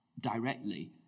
directly